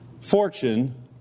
fortune